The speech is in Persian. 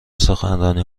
سخنرانی